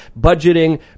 budgeting